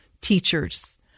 teachers